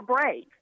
brave